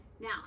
Now